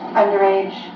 underage